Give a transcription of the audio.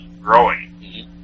growing